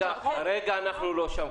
כרגע אנחנו לא שם.